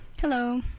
Hello